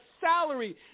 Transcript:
salary